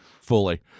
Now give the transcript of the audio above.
Fully